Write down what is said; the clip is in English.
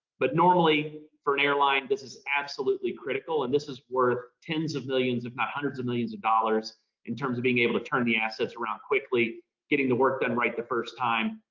but normally for an airline, this is absolutely critical. and this is worth ten s of millions, if not hundreds of millions, of dollars in terms of being able to turn the assets around quickly getting the work done right the first time.